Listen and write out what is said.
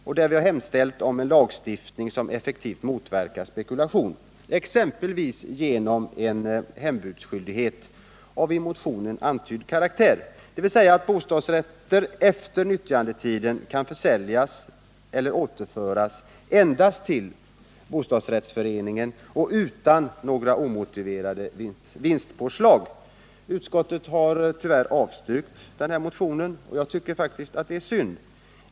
Vi har där hemställt om en lagstiftning som effektivt motverkar spekulationen, exempelvis genom en hembudsskyldighet av i motionen antydd karaktär, dvs. att bostadsrätter efter nyttjandetiden kan försäljas eller återföras endast till bostadsrättsföreningen och utan några omotiverade vinstpåslag. Utskottet har tyvärr avstyrkt denna motion. Det tycker jag är synd.